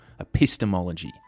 epistemology